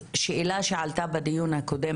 שאלה שעלתה בדיון הקודם,